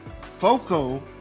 FOCO